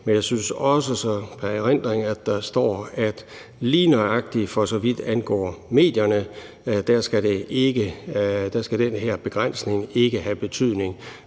Men jeg synes også at erindre, at der står, at lige nøjagtig for så vidt angår medierne, skal den her begrænsning ikke have betydning,